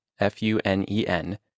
F-U-N-E-N